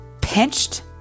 pinched